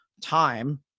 time